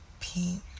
pink